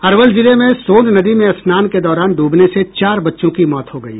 अरवल जिले में सोन नदी में स्नान के दौरान डूबने से चार बच्चों की मौत हो गयी